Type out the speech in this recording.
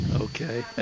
Okay